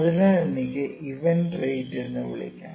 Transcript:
അതിനാൽ എനിക്ക് event rate എന്ന് വിളിക്കാം